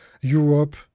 Europe